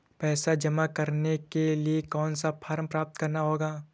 पैसा जमा करने के लिए कौन सा फॉर्म प्राप्त करना होगा?